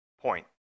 point